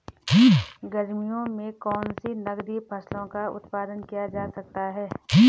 गर्मियों में कौन सी नगदी फसल का उत्पादन किया जा सकता है?